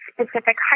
specific